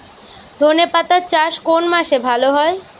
ধনেপাতার চাষ কোন মাসে ভালো হয়?